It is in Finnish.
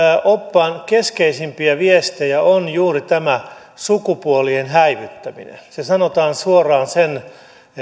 oppaan keskeisimpiä viestejä on juuri tämä sukupuolien häivyttäminen se sanotaan suoraan sen